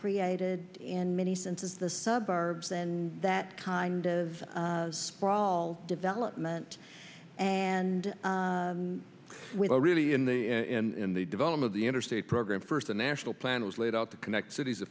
created in many senses the suburbs and that kind of sprawl development and we were really in the in the development the interstate program first a national plan was laid out to connect cities a